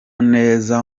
neza